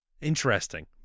Interesting